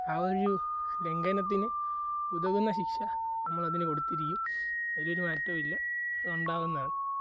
ആ ഒരു ലംഘനത്തിന് ഉതകുന്ന ശിക്ഷ നമ്മൾ അതിന് കൊടുത്തിരിക്കും അതിനൊരു മാറ്റവുല്ല അത് ഉണ്ടാവുന്നതാണ്